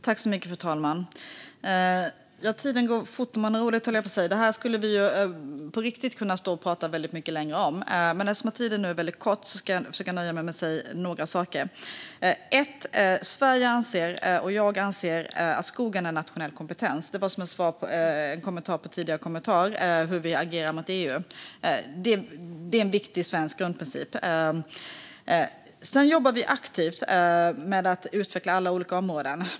Fru talman! Tiden går fort när man har roligt, höll jag på att säga. Det här skulle vi på riktigt kunna stå och prata väldigt mycket längre om. Men eftersom tiden nu är väldigt kort ska jag försöka nöja mig med att säga några saker. Först och främst vill jag säga att Sverige och jag anser att skogen är en nationell kompetens, detta som en kommentar till en tidigare kommentar om hur vi agerar mot EU. Det är en viktig svensk grundprincip. Sedan jobbar vi aktivt med att utveckla alla olika områden.